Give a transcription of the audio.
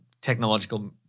technological